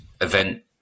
event